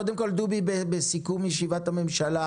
דובי, בסיכום ישיבת הממשלה,